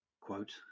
quote